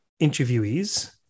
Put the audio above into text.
interviewees